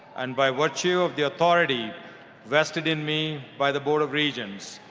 and by virtue of the authority vested in me by the board of regents,